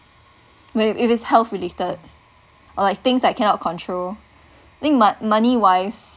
where if it's health related or like things that I cannot control think mon~ money wise